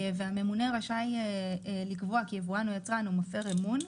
והממונה רשאי לקבוע כי יבואן או יצרן או מפר אמון,